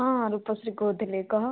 ହଁ ରୂପଶ୍ରୀ କହୁଥିଲି କହ